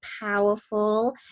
powerful